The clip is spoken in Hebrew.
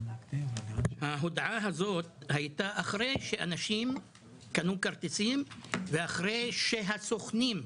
ההודעה הזאת הייתה אחרי שאנשים קנו כרטיסים ואחרי שהסוכנים,